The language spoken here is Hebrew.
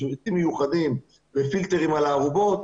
עצים מיוחדים ופילטרים על הארובות,